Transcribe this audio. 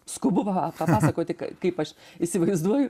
skubu paba papasakoti kaip aš įsivaizduoju